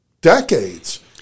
decades